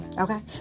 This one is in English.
Okay